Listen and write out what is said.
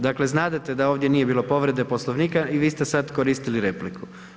Dakle, znadete da ovdje nije bilo povrede Poslovnika i vi ste sad koristili repliku.